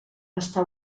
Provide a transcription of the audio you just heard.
està